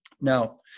Now